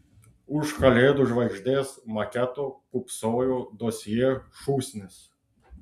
už kalėdų žvaigždės maketo kūpsojo dosjė šūsnis